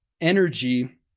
energy